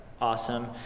awesome